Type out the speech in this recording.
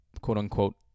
quote-unquote